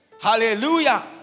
Hallelujah